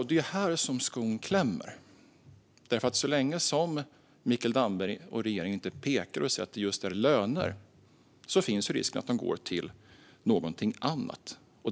Det är här som skon klämmer, för så länge som Mikael Damberg och regeringen inte pekar och säger att pengarna ska gå till just löner finns risken att de går till någonting annat.